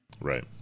Right